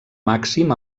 màxim